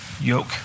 yoke